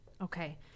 Okay